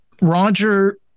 Roger